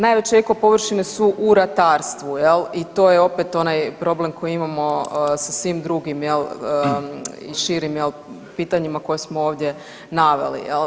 Najveće eko površine su u ratarstvu jel i to je opet onaj problem koji imamo sa svim drugim jel i širim jel pitanjima koje smo ovdje naveli.